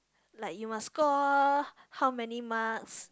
like you must score how many marks